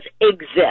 exist